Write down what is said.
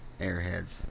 airheads